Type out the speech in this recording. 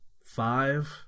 five